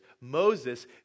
Moses